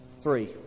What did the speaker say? Three